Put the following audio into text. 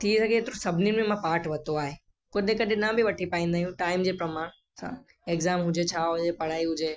थी सघे त सभिनीनि में मां पाट वरितो आहे कॾहिं कॾहिं न बि वठी पाईंदो आहियूं टाइम जे प्रमाण सां एक्ज़ाम हुजे छा हुजे पढ़ाई हुजे